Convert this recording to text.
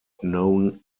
known